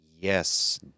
Yes